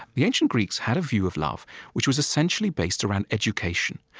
the ancient greeks had a view of love which was essentially based around education,